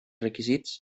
requisits